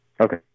Okay